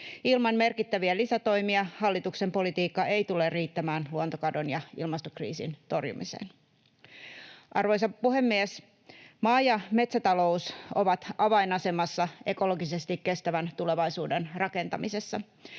Ilman merkittäviä lisätoimia hallituksen politiikka ei tule riittämään luontokadon ja ilmastokriisin torjumiseen. Arvoisa puhemies! Maa- ja metsätalous ovat avainasemassa ekologisesti kestävän tulevaisuuden rakentamisessa.